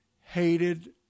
hated